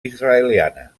israeliana